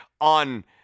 on